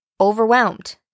overwhelmed